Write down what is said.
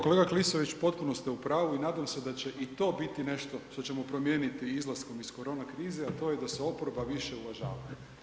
Kolega Klisović, potpuno ste u pravu i nadam se da će i to biti nešto što ćemo promijeniti izlaskom iz korona krize, a to je da se oporba više uvažava.